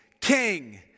King